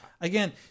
again